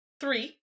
three